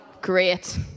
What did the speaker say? Great